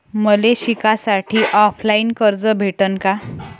मले शिकासाठी ऑफलाईन कर्ज भेटन का?